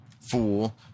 fool